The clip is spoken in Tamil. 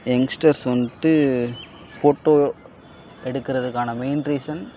எங்ஸ்டர்ஸ் வந்துட்டு ஃபோட்டோ எடுக்கிறதுக்கான மெயின் ரீசன்